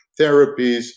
therapies